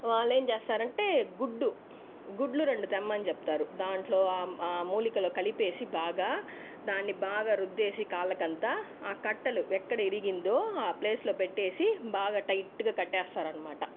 వాళ్ళేంచేస్తారంటే గుడ్డు గుడ్లు రెండు తెమ్మని చెప్తారు దాంట్లో ఆ ఆ మూలికలు కలిపేసి బాగా దాన్ని బాగా రుద్దేసి కాళ్లకంతా ఆ కట్టలు ఎక్కడ ఇరిగిందో ఆ ప్లేస్ లో పెట్టేసి బాగా టైట్ గా కట్టేస్తారన్మాట